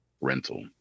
Rental